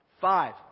Five